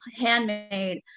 handmade